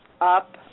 up